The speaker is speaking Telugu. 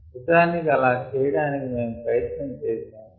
నిజానికి అలా చేయడానికి మేము ప్రయత్నం చేసాము